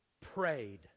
prayed